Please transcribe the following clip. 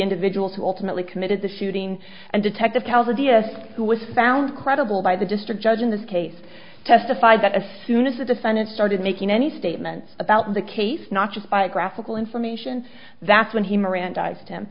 individuals who ultimately committed the shooting and detective tells the d a s who was found credible by the district judge in this case testified that as soon as the defendant started making any statements about the case not just biographical information that's when he mirandized him